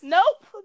Nope